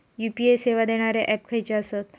UPI सेवा देणारे app खयचे आसत?